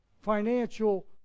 financial